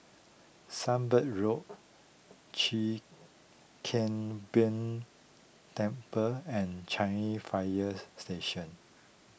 Sunbird Road Chwee Kang Beo Temple and Changi Fire Station